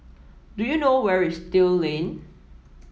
do you know where is Still Lane